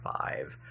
five